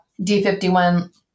D51